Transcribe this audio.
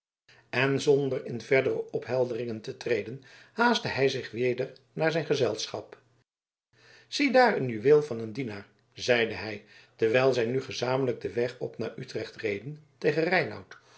en zonder in verdere opheldering te treden haastte hij zich weder naar zijn gezelschap ziedaar een juweel van een dienaar zeide hij terwijl zij nu gezamenlijk den weg op naar utrecht reden tegen